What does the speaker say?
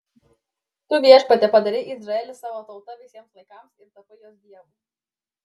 tu viešpatie padarei izraelį savo tauta visiems laikams ir tapai jos dievu